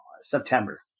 September